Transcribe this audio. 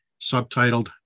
subtitled